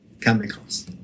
chemicals